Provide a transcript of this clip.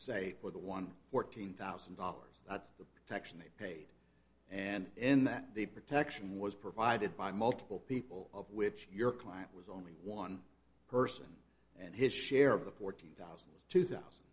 say for the one fourteen thousand dollars the section they paid and in that the protection was provided by multiple people of which your client was only one person and his share of the fourteen thousand two thousand